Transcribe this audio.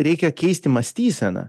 reikia keisti mąstyseną